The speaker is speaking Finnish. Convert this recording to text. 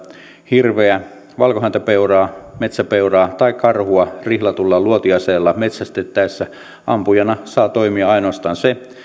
hirveä valkohäntäpeuraa metsäpeuraa tai karhua rihlatulla luotiaseella metsästettäessä ampujana saa toimia ainoastaan se